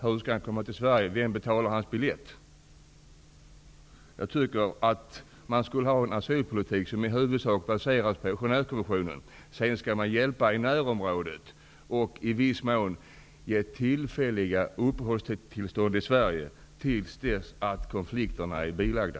Hur skall han komma till Sverige? Vem betalar hans biljett? Jag anser att man skall ha en asylpolitik som i huvudsak baseras på Genèvekonventionen. Sedan skall man ge hjälp till människor i deras närområden och i viss mån ge tillfälliga uppehållstillstånd i Sverige tills konflikterna i deras egna länder är bilagda.